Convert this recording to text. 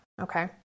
okay